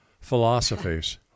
philosophies